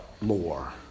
more